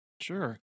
Sure